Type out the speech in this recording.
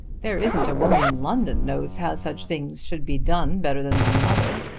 there isn't a woman in london knows how such things should be done better than my mother.